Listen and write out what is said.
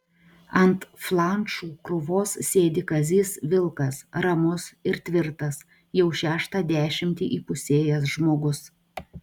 ant flanšų krūvos sėdi kazys vilkas ramus ir tvirtas jau šeštą dešimtį įpusėjęs žmogus